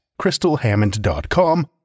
crystalhammond.com